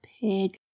pig